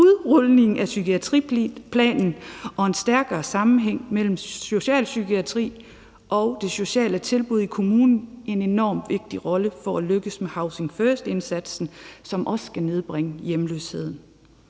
udrulningen af psykiatriplanen om en stærkere sammenhæng mellem socialpsykiatrien og de sociale tilbud i kommunerne en enormt vigtig rolle for at lykkes med housing first-indsatsen, som også skal nedbringe hjemløsheden.